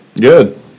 Good